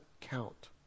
count